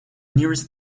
nearest